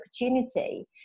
opportunity